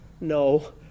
No